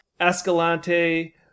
Escalante